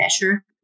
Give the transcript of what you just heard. measure